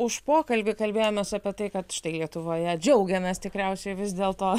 už pokalbį kalbėjomės apie tai kad štai lietuvoje džiaugiamės tikriausiai vis dėl to